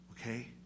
Okay